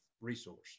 resource